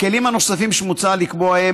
הכלים הנוספים שמוצע לקבוע: